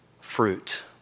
fruit